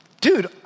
dude